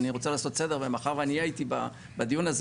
אני רוצה לעשות סדר ומאחר ואני הייתי בדיון הזה